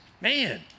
Man